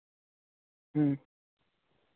ᱦᱩᱸ